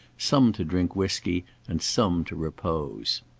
some to drink whiskey and some to repose.